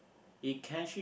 it can actually